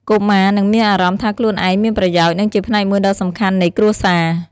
កុមារនឹងមានអារម្មណ៍ថាខ្លួនឯងមានប្រយោជន៍ និងជាផ្នែកមួយដ៏សំខាន់នៃគ្រួសារ ។